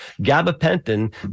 Gabapentin